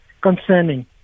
Concerning